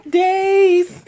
days